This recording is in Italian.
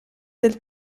del